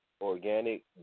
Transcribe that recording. Organic